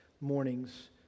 morning's